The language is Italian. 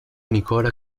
nicola